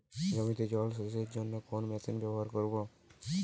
জমিতে জল সেচের জন্য কোন মেশিন ব্যবহার করব?